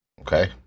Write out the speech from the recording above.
okay